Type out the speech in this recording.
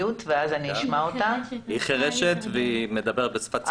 היא חירשת ומדברת בשפת סימנים.